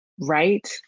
right